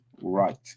right